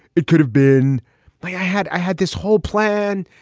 it could have been like i had. i had this whole plan.